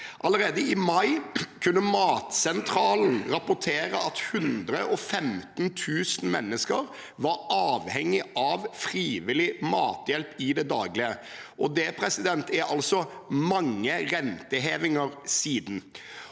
Allerede i mai kunne Matsentralen rapportere at 115 000 mennesker var avhengig av frivillig mathjelp i det daglige, og det er altså mange rentehevinger siden.